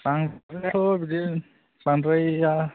दामफ्राथ' बिदि बांद्राया